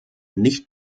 nicht